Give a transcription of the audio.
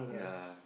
yea